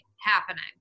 happening